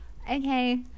Okay